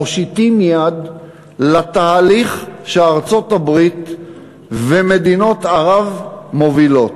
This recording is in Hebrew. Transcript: מושיטים יד לתהליך שארצות-הברית ומדינות ערב מובילות?